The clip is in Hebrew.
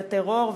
וטרור,